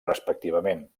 respectivament